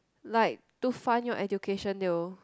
like to fund your education they will